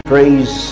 Praise